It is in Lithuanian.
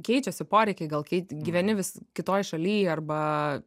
keičiasi poreikiai gal kiek gyveni vis kitoj šaly arba